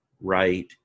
right